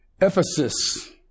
Ephesus